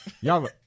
Y'all